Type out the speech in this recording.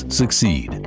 succeed